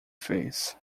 fez